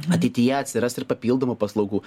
ateityje atsiras ir papildomų paslaugų